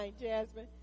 Jasmine